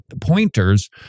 pointers